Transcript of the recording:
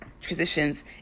transitions